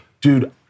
Dude